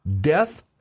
Death